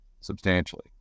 substantially